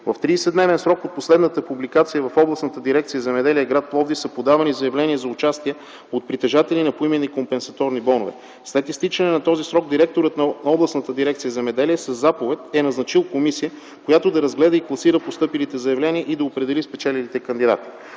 В 30-дневен срок от последната публикация в Областната дирекция „Земеделие”, гр. Пловдив, са подавани заявления за участие от притежатели на поименни компенсаторни бонове. След изтичане на този срок директорът на Областната дирекция „Земеделие” със заповед е назначил комисия, която да разгледа и класира постъпилите заявления и да определи спечелилите кандидати.